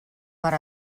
per